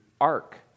ark